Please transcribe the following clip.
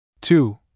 Two